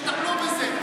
שיטפלו בזה.